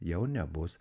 jau nebus